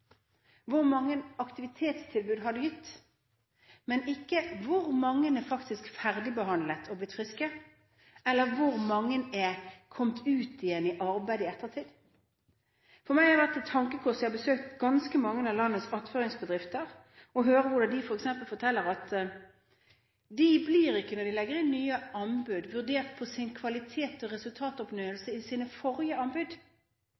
Hvor mange aktivitetstilbud har du gitt? Men ikke: Hvor mange er ferdigbehandlet og har blitt friske, eller hvor mange er kommet ut igjen i arbeid i ettertid? For meg har det vært et tankekors, og jeg har besøkt ganske mange av landets attføringsbedrifter, å høre når de forteller at når de legger inn nye anbud, blir de ikke vurdert på grunnlag av kvalitet og resultatoppnåelse i sine forrige anbud,